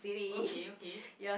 okay okay